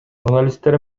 журналисттер